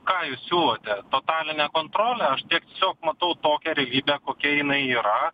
ką jūs siūlote totalinę kontrolę aš tiesiog matau tokią realybę kokia jinai yra